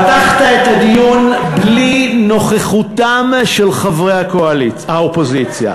פתחת את הדיון בלי נוכחותם של חברי האופוזיציה.